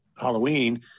Halloween